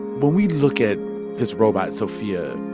when we look at this robot, sophia,